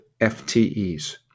FTEs